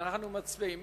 אנחנו מצביעים.